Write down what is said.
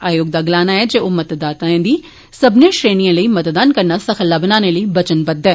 आयोग दा गलाना ऐ जे ओह् मतदाताएं दी सब्मनें श्रेणिएं लेई मतदान करना सखला बनाने लेई बचनबद्ध ऐ